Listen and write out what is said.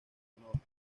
donovan